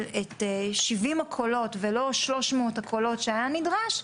70 קולות ולא 300 הקולות שהיה נדרש,